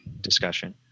discussion